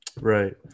Right